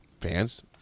fans